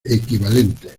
equivalentes